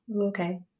Okay